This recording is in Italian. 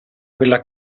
quella